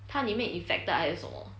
它里面 infected 还是什么